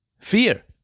Fear